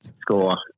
score